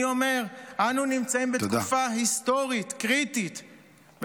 אני אומר שאנו נמצאים בתקופה היסטורית קריטית,